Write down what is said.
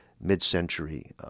mid-century